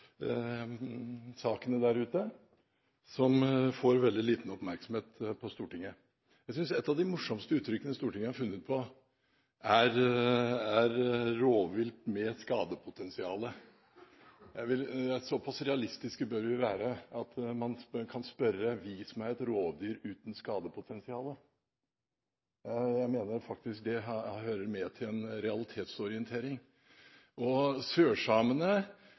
ute som får veldig liten oppmerksomhet på Stortinget. Jeg synes et av de morsomste uttrykket Stortinget har funnet på, er «rovvilt med skadepotensial». Såpass realistiske bør vi være at man kan spørre: Kan du vise meg et rovdyr uten skadepotensial? Jeg mener faktisk det hører med til en realitetsorientering. Jeg skal ta det viktigste først: Sørsamene